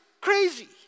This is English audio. crazy